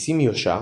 נסים יושע,